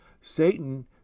Satan